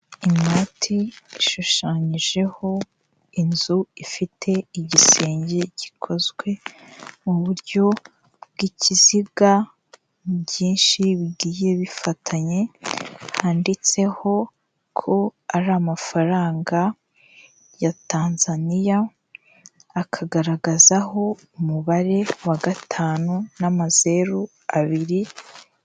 Inoti ishushanyijeho inzu ifite igisenge gikozwe mu buryo bw'ikiziga byinshi bigiye bifatanye handitseho ko ari amafaranga ya tanzaniya akagaragazaho umubare wa gatanu n'amazeru abiri.